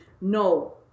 No